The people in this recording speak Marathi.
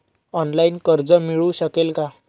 ऑनलाईन कर्ज मिळू शकेल का?